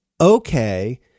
okay